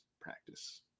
practice